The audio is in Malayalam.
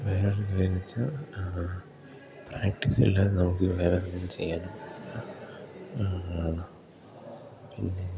വേറെ എന്താന്നെച്ചാൽ പ്രാക്ടീസില്ലാതെ നമുക്ക് വേറെ ഒന്നും ചെയ്യാൻ പിന്നെ